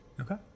Okay